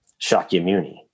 Shakyamuni